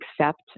accept